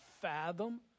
fathom